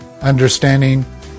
understanding